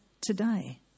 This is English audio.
today